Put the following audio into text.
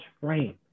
frame